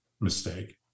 mistake